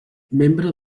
membre